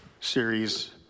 series